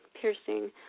piercing